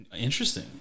Interesting